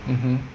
mmhmm